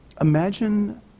Imagine